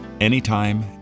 anytime